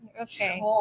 Okay